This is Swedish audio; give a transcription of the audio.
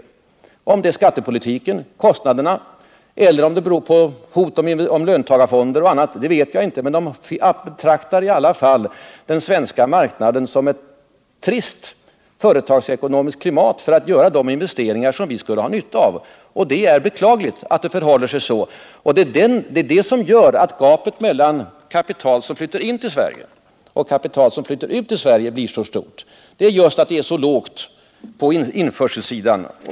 Om det beror på skattepolitiken och kostnaderna eller om det beror på hot om löntagarfonder och annat vet jag inte. Men utländska företag betraktar tydligen i alla fall den svenska marknaden som ett för trist företagsekonomiskt klimat för att göra de investeringar som vi skulle ha nytta av, och det är beklagligt att det förhåller sig på det sättet. Det är detta som gör att gapet mellan kapital som flyter in till Sverige och kapital som flyter ut ur Sverige blir så stort, dvs. att det just blir en så låg siffra på införselsidan.